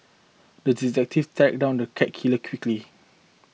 the detective tracked down the cat killer quickly